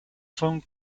song